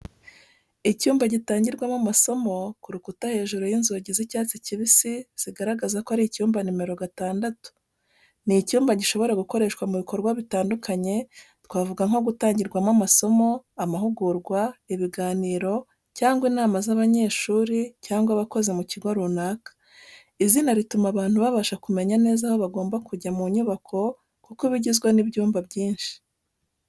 Icyumba gitangirwamo amasomo, ku rukuta hejuru y’inzugi z’icyatsi kibisi zigaragaza ko ari icyumba nomero gatandatu. Ni icyumba gishobora gukoreshwa mu bikorwa bitandukanye, twavuga nko gutangirwamo amasomo, amahugurwa, ibiganiro cyangwa inama z’abanyeshuri cyangwa abakozi mu kigo runaka. Izina rituma abantu babasha kumenya neza aho bagomba kujya mu nyubako kuko iba igizwe n’ibyumba byinshi.